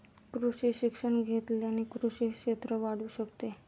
कृषी शिक्षण घेतल्याने कृषी क्षेत्र वाढू शकते